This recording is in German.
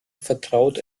vertraut